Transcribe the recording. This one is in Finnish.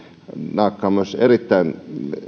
naakka on myös erittäin